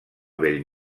bell